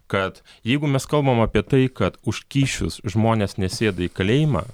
kad jeigu mes kalbam apie tai kad už kyšius žmonės nesėda į kalėjimą